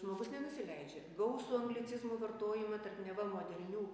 žmogus nenusileidžia gausų anglicizmų vartojimą tarp neva modernių